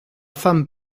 femme